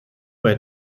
bei